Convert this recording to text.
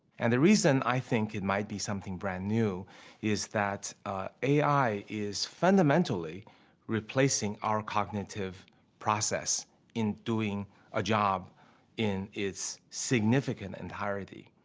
and the reason i think it might be something brand-new is that a i. is fundamentally replacing our cognitive process in doing a job in its significant entirety,